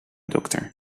dokter